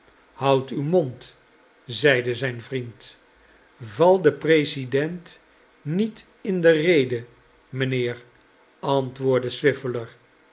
houd uw mond zeide zijn vriend val den president niet in de rede mijnheer antwoordde